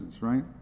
Right